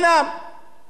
בהתנחלויות.